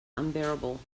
unbearable